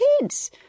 kids